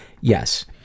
Yes